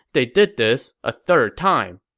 they did this a third time.